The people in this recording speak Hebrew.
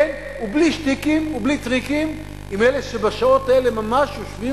כן ובלי שטיקים ובלי טריקים עם אלה שבשעות האלה ממש יושבים